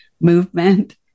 movement